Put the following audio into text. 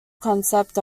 concept